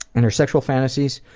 and her sexual fantasies,